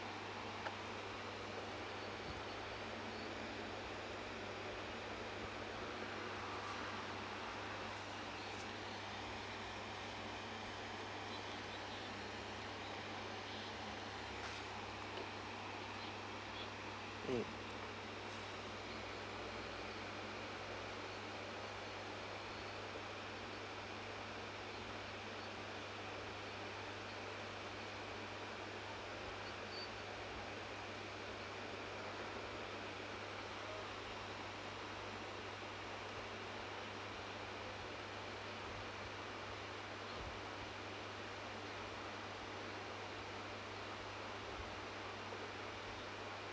mm